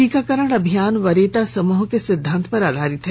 टीकाकरण अभियान वरीयता समूह के सिद्धांत पर आधारित है